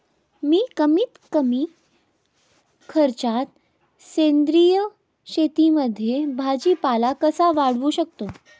मी कमीत कमी खर्चात सेंद्रिय शेतीमध्ये भाजीपाला कसा वाढवू शकतो?